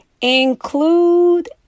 include